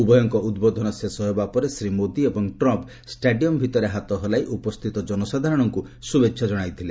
ଉଭୟଙ୍କ ଉଦ୍ବୋଧନ ଶେଷ ହେବା ପରେ ଶ୍ରୀ ମୋଦି ଏବଂ ଟ୍ରମ୍ପ ଷ୍ଟାଡିୟମ୍ ଭିତରେ ହାତ ହଲାଇ ଉପସ୍ଥିତ ଜନସାଧାରଣଙ୍କୁ ଶୁଭେଚ୍ଛା ଜଣାଇଥିଲେ